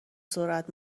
سرعت